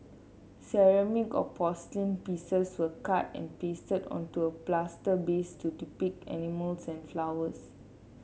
ceramic or porcelain pieces were cut and pasted onto a plaster base to depict animals and flowers